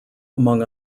among